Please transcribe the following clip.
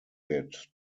bid